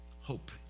Hope